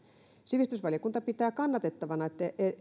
sivistysvaliokunta pitää kannatettavana että